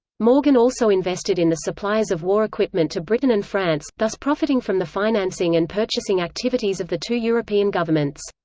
morgan also invested in the suppliers of war equipment to britain and france, thus profiting from the financing and purchasing activities of the two european governments.